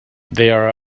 there